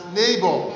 neighbor